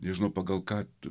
nežino pagal kad